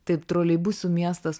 taip troleibusų miestas